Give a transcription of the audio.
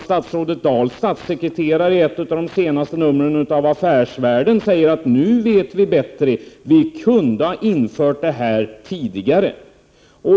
Statsrådet Dahls statssekreterare säger i ett av de senaste numren av Affärsvärlden att nu vet vi bättre — vi kunde ha infört det här tidigare.